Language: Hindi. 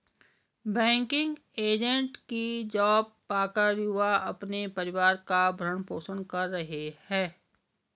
बैंकिंग एजेंट की जॉब पाकर युवा अपने परिवार का भरण पोषण कर रहे है